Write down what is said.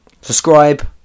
Subscribe